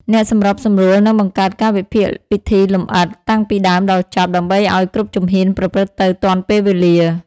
អ្នកសម្របសម្រួលនឹង បង្កើតកាលវិភាគពិធីលម្អិត តាំងពីដើមដល់ចប់ ដើម្បីឱ្យគ្រប់ជំហានប្រព្រឹត្តទៅទាន់ពេលវេលា។